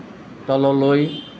তললৈ